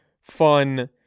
fun